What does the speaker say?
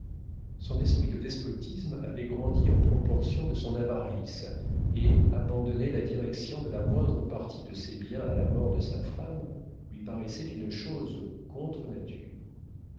son esprit de despotisme avait grandi en proportion de son avarice et abandonner la direction de la moindre partie de ses biens à la mort de sa femme lui paraissait une chose